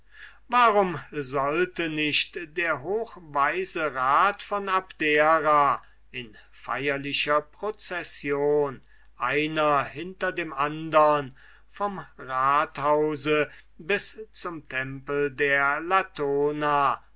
warum sollte nicht der hochweise rat von abdera in feierlicher procession einer hinter dem andern vom rathause bis zum tempel der latona